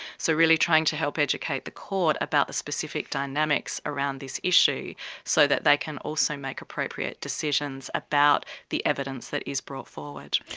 so really trying to help educate the court about the specific dynamics around this issue so that they can also make appropriate decisions about the evidence that is brought forward.